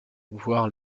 voir